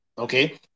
Okay